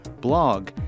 blog